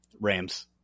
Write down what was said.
Rams